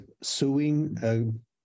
suing